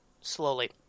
slowly